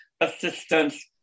assistance